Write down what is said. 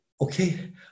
Okay